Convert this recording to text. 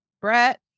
Brett